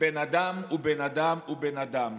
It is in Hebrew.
שבן אדם הוא בן אדם הוא בן אדם,